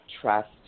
trust